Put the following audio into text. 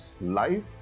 life